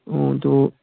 ꯑꯣ ꯑꯗꯣ